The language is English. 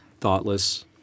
Thoughtless